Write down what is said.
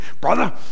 brother